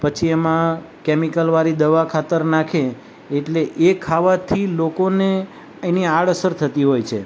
પછી એમાં કેમિકલવાળી દવા ખાતર નાખે એટલે એ ખાવાથી લોકોને એની આડઅસર થતી હોય છે